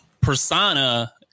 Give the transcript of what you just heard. persona